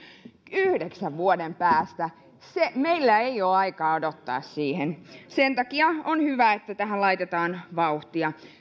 yhdeksän vuoden päästä meillä ei ole aikaa odottaa siihen ja sen takia on hyvä että tähän laitetaan vauhtia